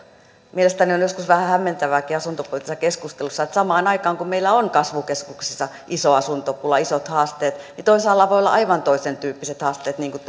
mielestäni on joskus vähän hämmentävääkin asuntopoliittisessa keskustelussa että samaan aikaan kun meillä on kasvukeskuksissa iso asuntopula isot haasteet toisaalla voi olla aivan toisentyyppiset haasteet niin kuin